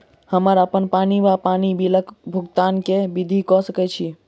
हम्मर अप्पन पानि वा पानि बिलक भुगतान केँ विधि कऽ सकय छी?